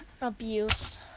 Abuse